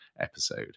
episode